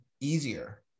easier